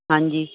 ਹਾਂਜੀ